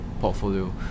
portfolio